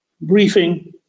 briefing